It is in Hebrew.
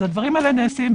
אז הדברים האלה נעשים.